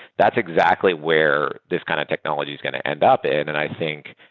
that's exactly where this kind of technology is going to end up in, and i think,